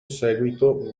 seguito